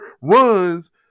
runs